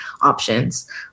options